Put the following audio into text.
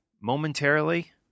momentarily